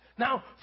Now